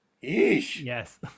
yes